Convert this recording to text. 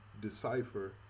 decipher